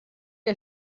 que